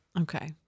okay